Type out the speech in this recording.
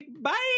Bye